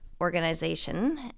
organization